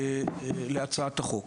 שתי הערות על הצעת החוק.